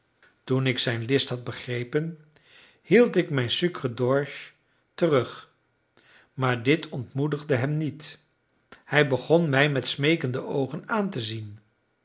toen ik zijn list had begrepen hield ik mijn sucre d'orge terug maar dit ontmoedigde hem niet hij begon mij met smeekende oogen aan te zien